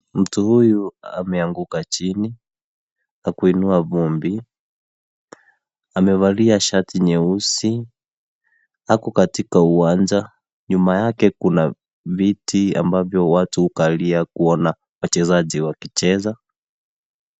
Mtu huyu ameanguka chini na kuinua vumbi. Amevalia shati nyeusi. Ako katika uwanja. Nyuma yake, kuna viti ambavyo watu hukalia kuona wachezaji wakicheza.